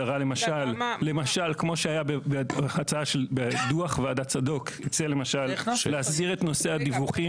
למשל דו"ח ועדת צדוק הציע להסיר את נושא הדיווחים